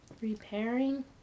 repairing